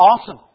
awesome